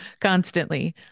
constantly